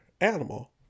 animal